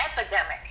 epidemic